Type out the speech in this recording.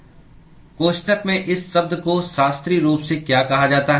कोष्ठक में इस शब्द को शास्त्रीय रूप से क्या कहा जाता है